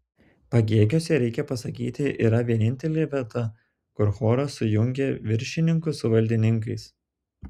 pagėgiuose reikia pasakyti yra vienintelė vieta kur choras sujungia viršininkus su valdininkais